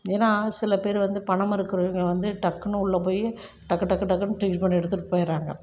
ஏன்னா சில பேர் வந்து பணமிருக்கிறவங்க வந்து டக்குனு உள்ளே போய் டக்கு டக்கு டக்குனு ட்ரீட்மெண்ட் எடுத்துட்டு போய்ர்றாங்க